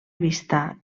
vista